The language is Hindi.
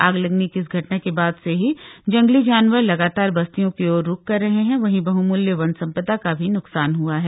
आग लगने की इस घटना के बाद से ही जंगली जानवर लगातार बस्तियों की ओर रूख कर रहे हैं वहीं बहुमूल्य वन संपदा का भी नुकसान हुआ है